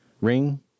ring